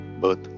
birth